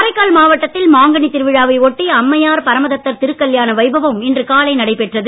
காரைக்கால் மாவட்டத்தில் மாங்கனி திருவிழாவை ஒட்டி அம்மையார் பரமதத்தர் திருக்கல்யாண வைபவம் இன்று காலை நடைபெற்றது